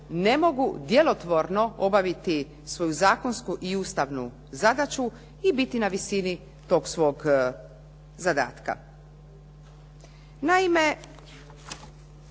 ne mogu djelotvorno obaviti svoju zakonsku i ustavnu zadaću i biti na visini tog svog zadatka. Naime,